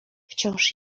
wciąż